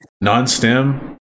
non-stem